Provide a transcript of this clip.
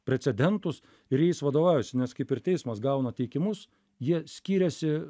precedentus ir jais vadovaujasi nes kaip ir teismas gauna teikimus jie skiriasi